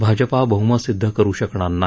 भाजपा बहुमत सिद्ध करु शकणार नाही